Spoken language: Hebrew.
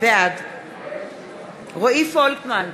בעד רועי פולקמן,